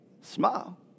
Smile